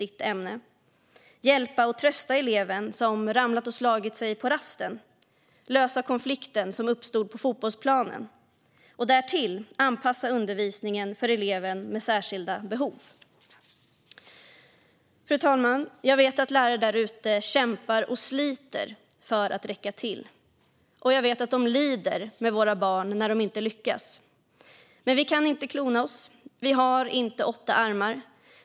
Det kan handla om att hjälpa och trösta eleven som ramlat och slagit sig på rasten eller lösa konflikten som uppstod på fotbollsplanen. Och därtill ska läraren anpassa undervisningen för eleven med särskilda behov. Fru talman! Jag vet att lärare där ute kämpar och sliter för att räcka till. Vi lider med våra barn när de inte lyckas. Men vi kan inte klona oss. Vi har inte åtta armar.